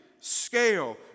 scale